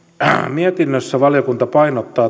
mietinnössä valiokunta painottaa